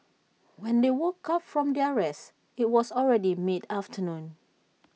when they woke up from their rest IT was already mid afternoon